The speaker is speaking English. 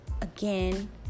again